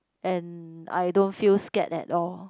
and I don't feel scared at all